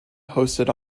hosted